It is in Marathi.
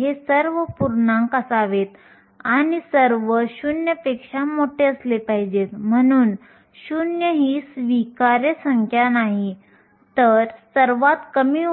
हे दृष्टीकोनात ठेवण्यासाठी आपण असे म्हणू शकतो की सिलिकॉनसाठी